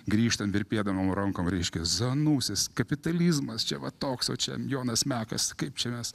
grįžtam virpėdamom rankom reiškia zanusis kapitalizmas čia va toks o čia jonas mekas kaip čia mes